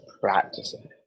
practicing